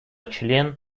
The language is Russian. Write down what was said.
член